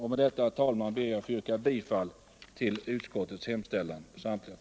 Herr talman, jag yrkar bifall till utskottets hemställan på alla punkter.